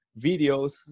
videos